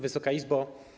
Wysoka Izbo!